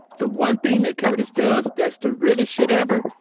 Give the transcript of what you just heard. the one thing that curtis does, that's the realest shit ever,